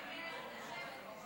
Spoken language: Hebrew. של חבר הכנסת עבד